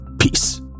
Peace